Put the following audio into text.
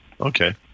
Okay